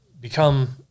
become